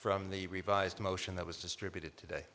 from the revised motion that was distributed today